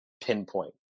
pinpoint